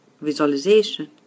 visualization